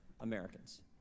Americans